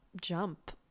jump